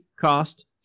cost